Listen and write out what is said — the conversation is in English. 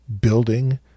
building